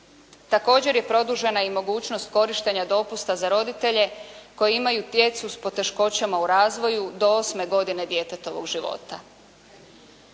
Također je produžena i mogućnost korištenja dopusta za roditelje koji imaju djecu s poteškoćama u razvoju do osme godine djetetovog života.